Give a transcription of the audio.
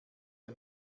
wir